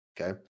Okay